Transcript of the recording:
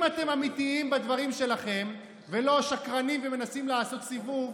אם אתם אמיתיים בדברים שלכם ולא שקרנים ומנסים לעשות סיבוב,